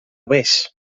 vés